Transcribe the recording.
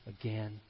again